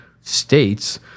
states